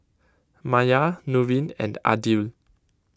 Maya Nurin and Aidil